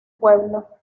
pueblo